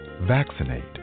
vaccinate